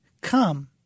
come